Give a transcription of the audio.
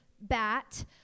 bat